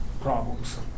problems